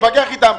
תתווכח אתם.